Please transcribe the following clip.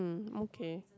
okay